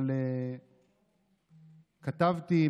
אבל כתבתי,